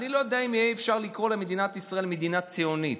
אני לא יודע אם יהיה אפשר לקרוא למדינת ישראל מדינה ציונית.